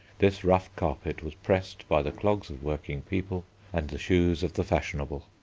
this rough carpet was pressed by the clogs of working people and the shoes of the fashionable.